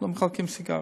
לא מחלקים סיגריות.